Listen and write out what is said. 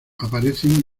aparecen